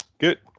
Good